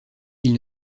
ils